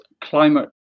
Climate